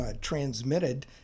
transmitted